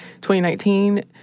2019